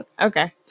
okay